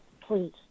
Please